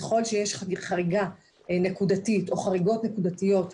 ככל שיש חריגה נקודתית או חריגות נקודתיות מנוהל,